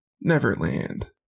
Neverland